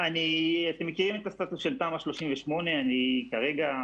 אתם מכירים את הסטטוס של תמ"א 38. לא,